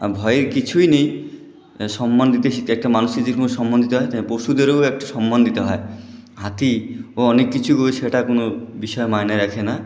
আর ভয়ের কিছুই নেই সন্মান দিতে শিখতে একটা মানুষকে যেরকম সম্মান দিতে হয় তেমন পশুদেরও একটু সম্মান দিতে হয় হাতিও অনেক কিছু করে সেটা কোনও বিষয় মানে রাখে না